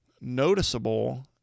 noticeable